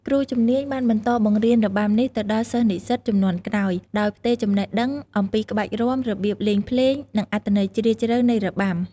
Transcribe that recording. គ្រូជំនាញបានបន្តបង្រៀនរបាំនេះទៅដល់សិស្សនិស្សិតជំនាន់ក្រោយ ដោយផ្ទេរចំណេះដឹងអំពីក្បាច់រាំ របៀបលេងភ្លេង និងអត្ថន័យជ្រាលជ្រៅនៃរបាំ។